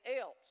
else